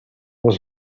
les